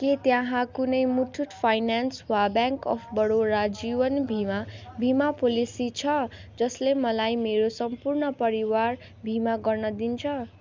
के त्यहाँ कुनै मुथुट फाइनेन्स वा ब्याङ्क अफ बडोदा जीवन बिमा बिमा पोलेसी छ जसले मलाई मेरो सम्पूर्ण परिवार बिमा गर्न दिन्छ